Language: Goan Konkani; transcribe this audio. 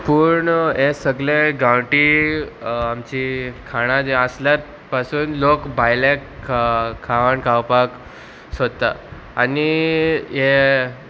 पूण हे सगळे गांवटी आमची खाणां जी आसल्या पासून लोक भायले खावन खावपाक सोदता आनी हे